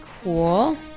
cool